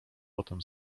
potem